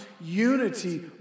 unity